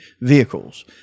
vehicles